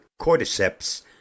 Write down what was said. cordyceps